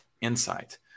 insight